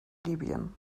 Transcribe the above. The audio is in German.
libyen